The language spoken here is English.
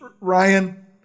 Ryan